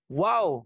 wow